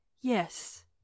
Yes